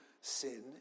Sin